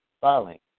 filing